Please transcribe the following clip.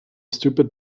stupid